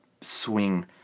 swing